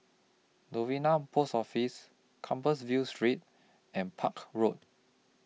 Novena Post Office Compassvale Street and Park Road